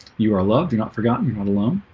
you are loved you're not forgotten. you're not alone